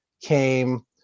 came